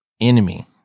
enemy